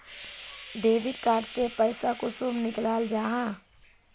Debit card से पैसा कुंसम निकलाल जाहा?